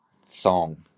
song